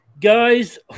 guys